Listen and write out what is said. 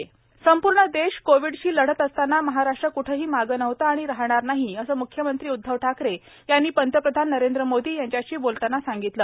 म्ख्यमंत्री उद्धव ठाकरे संपूर्ण देश कोविडशी लढत असताना महाराष्ट्र क्ठंही मागे नव्हता आणि राहणार नाही असं म्ख्यमंत्री उदधव ठाकरे यांनी पंतप्रधान नरेंद्र मोदी यांच्याशी बोलताना सांगितलं